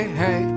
hey